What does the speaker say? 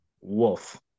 Wolf